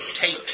take